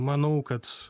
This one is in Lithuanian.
manau kad